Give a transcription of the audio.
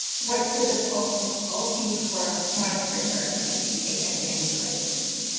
what should the protocol be for monitoring her and can she take any anticoagulation?